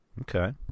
okay